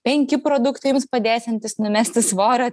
penki produktai jums padėsiantys numesti svorio